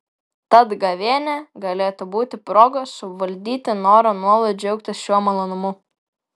tad gavėnia galėtų būti proga suvaldyti norą nuolat džiaugtis šiuo malonumu